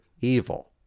evil